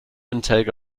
intake